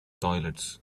toilets